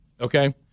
okay